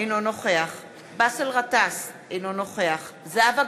אינו נוכח באסל גטאס, אינו נוכח זהבה גלאון,